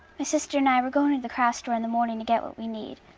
my sister and i, we're going to the craft store in the morning to get what we need.